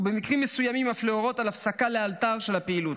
ובמקרים מסוימים אף להורות על הפסקה לאלתר של הפעילות.